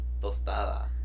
tostada